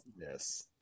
yes